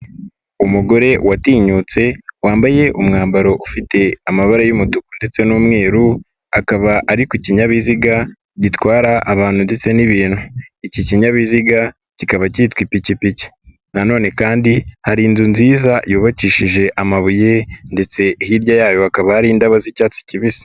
Umugore watinyutse wambaye umwambaro ufite amabara y'umutuku ndetse n'umweru akaba ari ku kinyabiziga, gitwara abantu ndetse n'ibintu. Iki kinyabiziga kikaba kitwa ipikipiki. Nanone kandi hari inzu nziza yubakishije amabuye ndetse hirya yayo hakaba hari inda z'icyatsi kibisi.